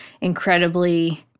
incredibly